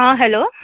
आं हॅलो